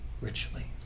richly